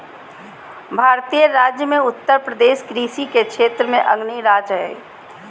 भारतीय राज्य मे उत्तरप्रदेश कृषि के क्षेत्र मे अग्रणी राज्य हय